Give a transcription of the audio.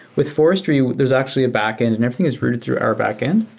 with forestry, there's actually a backend and everything is routed through our backend,